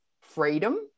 freedom